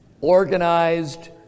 organized